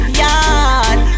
yard